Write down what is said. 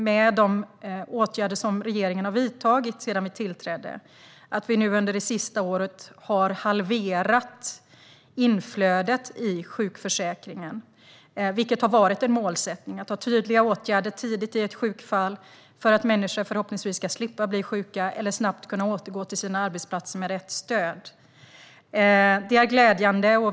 Med de åtgärder som regeringen har vidtagit sedan tillträdet ser vi samtidigt att inflödet i sjukförsäkringen har halverats under det senaste året, vilket har varit en målsättning, genom tydliga åtgärder tidigt i ett sjukfall, för att människor förhoppningsvis ska slippa bli sjuka eller snabbt kunna återgå till sina arbetsplatser med rätt stöd. Detta är glädjande.